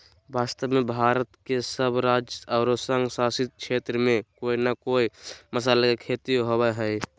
वास्तव में भारत के सब राज्य आरो संघ शासित क्षेत्र में कोय न कोय मसाला के खेती होवअ हई